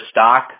stock